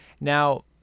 Now